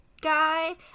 guy